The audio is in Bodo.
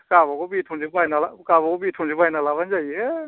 गाबागाव बेथनजों बायना ला गाबागाव बेथनजों बायना लाब्लानो जायो